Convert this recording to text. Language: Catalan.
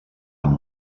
amb